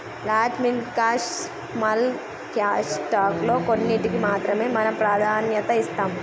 large mid cap small cap stock లో కొన్నింటికీ మాత్రమే మనం ప్రాధాన్యత ఇస్తాం